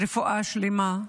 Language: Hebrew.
רפואה שלמה.